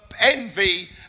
envy